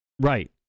right